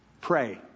pray